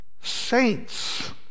saints